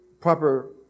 proper